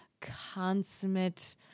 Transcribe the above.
Consummate